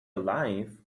alive